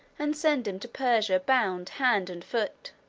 and send him to persia bound hand and foot.